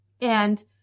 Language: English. And-